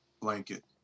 blanket